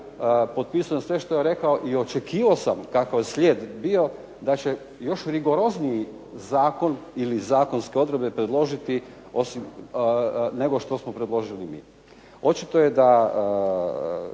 potpisujem sve što je rekao i očekivao sam kako je slijed bio da će još rigorozniji zakon ili zakonske odredbe predložiti nego što smo predložili mi. Očito je da